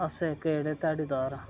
अस इक जेह्ड़े ध्याड़ीदार आं